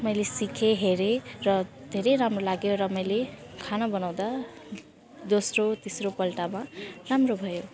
मैले सिकेँ हेरेँ र धेरै राम्रो लाग्यो र मैले खाना बनाउँदा दोस्रो तेस्रोपल्टमा राम्रो भयो